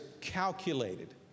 calculated